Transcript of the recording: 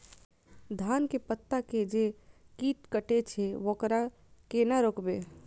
धान के पत्ता के जे कीट कटे छे वकरा केना रोकबे?